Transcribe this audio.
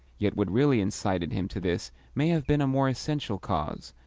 yet what really incited him to this may have been a more essential cause,